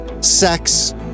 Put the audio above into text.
sex